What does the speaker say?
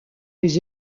les